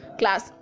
class